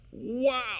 Wow